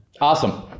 Awesome